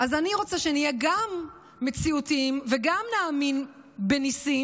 אז אני רוצה שנהיה גם מציאותיים וגם נאמין בניסים,